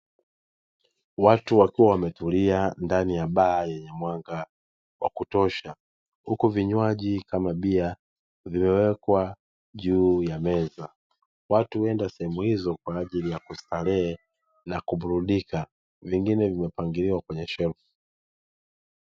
Watu wakiwa wametulia ndani ya baa yenye mwanga wa kutosha, huku vinywaji kama bia vilivyowekwa juu ya meza, watu huenda sehemu hizo kwa ajili ya kustarehe na kuburudika, vingine vimepangiliwa kwenye shelfu.